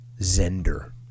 Zender